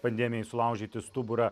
pandemijai sulaužyti stuburą